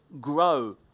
grow